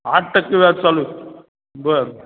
आठ टक्के व्याज चालू बरं